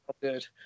good